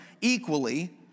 equally